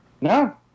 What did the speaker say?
No